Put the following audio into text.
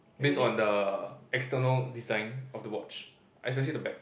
based on the external design of the watch especially the back